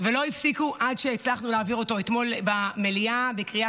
ולא הפסיקו עד שהצלחנו להעביר אותו אתמול במליאה בקריאה